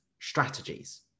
strategies